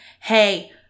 hey